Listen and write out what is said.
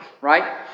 right